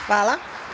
Hvala.